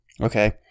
Okay